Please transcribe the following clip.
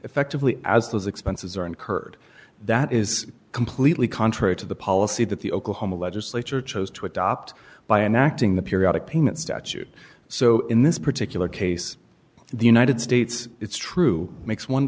effectively as those expenses are incurred that is completely contrary to the policy that the oklahoma legislature chose to adopt by enacting the periodic payment statute so in this particular case the united states it's true makes one